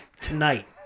Tonight